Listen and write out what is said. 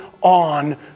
on